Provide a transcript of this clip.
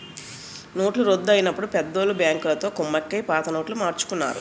నోట్ల రద్దు అయినప్పుడు పెద్దోళ్ళు బ్యాంకులతో కుమ్మక్కై పాత నోట్లు మార్చుకున్నారు